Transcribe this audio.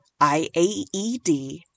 IAED